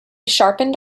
sharpened